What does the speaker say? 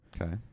Okay